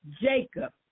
Jacob